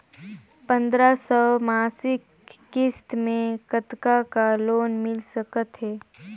पंद्रह सौ मासिक किस्त मे कतका तक लोन मिल सकत हे?